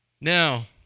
Now